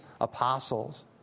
apostles